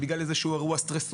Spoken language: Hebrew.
בגלל איזה שהוא אירוע סטרסוגני,